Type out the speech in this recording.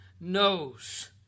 knows